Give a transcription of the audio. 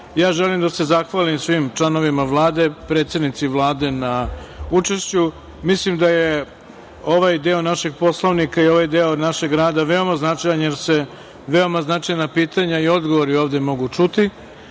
pitanja. Želim da se zahvalim svim članovima Vlade, predsednici Vlade, na učešću. Mislim da je ovaj deo našeg Poslovnika i ovaj deo našeg rada veoma značajan jer se veoma značajna pitanja i odgovori ovde mogu čuti